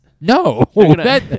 no